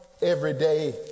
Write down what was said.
everyday